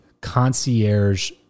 concierge